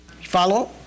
Follow